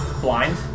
blind